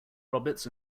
roberts